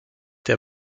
der